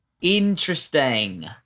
Interesting